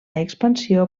expansió